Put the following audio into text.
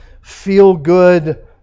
feel-good